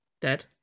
dead